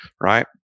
right